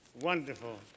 wonderful